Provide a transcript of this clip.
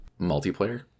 multiplayer